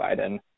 Biden